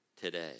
today